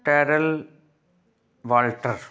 ਟੈਰਲ Walter